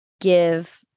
give